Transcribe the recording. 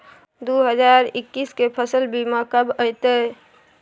दु हजार एक्कीस के फसल बीमा कब अयतै?